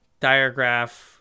Diagraph